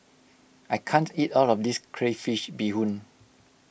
I can't eat all of this Crayfish BeeHoon